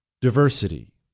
Diversity